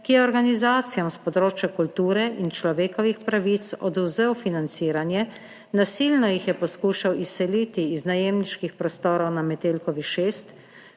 ki je organizacijam s področja kulture in človekovih pravic odvzel financiranje, nasilno jih je poskušal izseliti iz najemniških prostorov na Metelkovi 6,